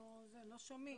לא שומעים.